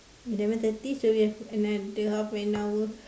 eleven thirty so we have another half an hour